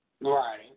Right